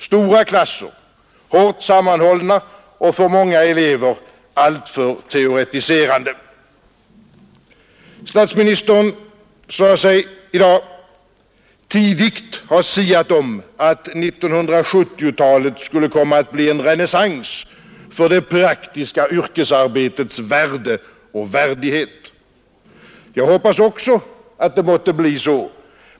Stora klasser, hårt sammanhållna och för många elever alltför teoretiserande. Statsministern sade sig i dag tidigt ha siat om att 1970-talet skulle komma att bli en renässans för det praktiska yrkesarbetets värde och värdighet. Jag hoppas också att det måtte bli så.